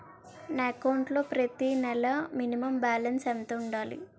నా అకౌంట్ లో ప్రతి నెల మినిమం బాలన్స్ ఎంత ఉండాలి?